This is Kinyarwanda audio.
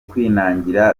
kwinangira